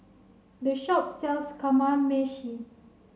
this shop sells Kamameshi